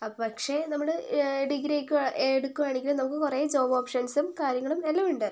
പക്ഷേ നമ്മള് ഡിഗ്രി ഒക്കെ എടുക്കുകയാണെകില് നമുക്ക് കുറെ ജോബ് ഒപ്ഷന്സും കാര്യങ്ങളും എല്ലാം ഉണ്ട്